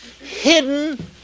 Hidden